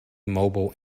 mobile